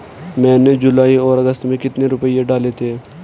मैंने जुलाई और अगस्त में कितने रुपये डाले थे?